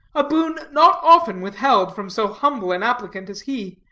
a boon not often withheld from so humble an applicant as he.